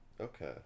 okay